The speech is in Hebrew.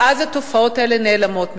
שאז התופעות האלה נעלמות ממנה.